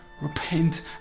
repent